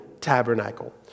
tabernacle